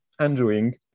enjoying